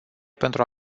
pentru